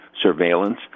surveillance